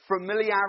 Familiarity